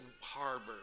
harbor